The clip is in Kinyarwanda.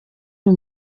uyu